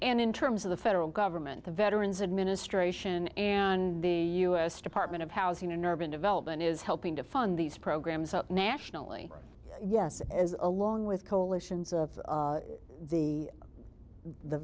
and in terms of the federal government the veterans administration and the u s department of housing and urban development is helping to fund these programs up nationally yes along with coalitions of the the